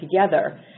together